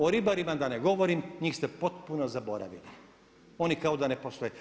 O ribarima da ne govorim, njih ste potpuno zaboravili, oni kao da ne postoje.